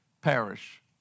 perish